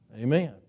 Amen